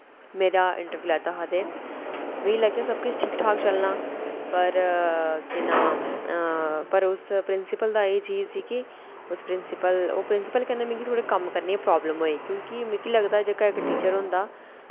मेरा इंटरव्यू लैता हा ते मिगी लग्गेआ सब किश ठीक ठाक चलना पर केह् नां पर उस प्रिंसिपल दी एह् चीज ही कि उस प्रिंसिपल ओह् कन्नै मिगी थोह्ड़ा कम्म करने दी प्राब्लम होई क्योंकि मिगी लगदा जेह्का इक टीचर होंदा